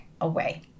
away